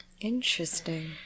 Interesting